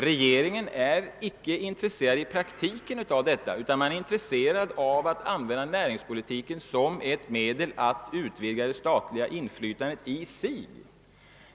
Regeringen är icke i praktiken intesserad av detta, utan den är intresserad av att använda näringspolitiken som ett medel att utvidga det statliga inflytandet i sig.